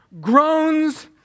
groans